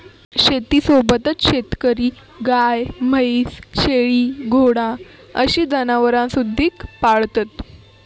शेतीसोबतच शेतकरी गाय, म्हैस, शेळी, घोडा अशी जनावरांसुधिक पाळतत